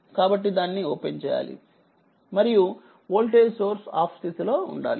కాబట్టి దాన్ని ఓపెన్ చేయాలి మరియు వోల్టేజ్సోర్స్ఆఫ్ స్థితిలో ఉండాలి